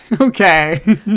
okay